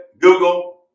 Google